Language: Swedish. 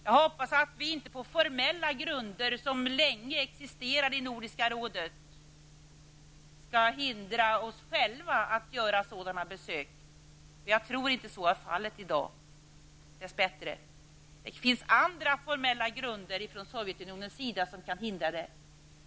Jag hoppas att vi inte på de formella grunder som länge existerade i Nordiska rådet skall hindra oss själva från att göra sådana besök. Jag tror dess bättre att så inte är fallet i dag. Det finns andra formella grunder från Sovjetunionens sida som kan hindra detta.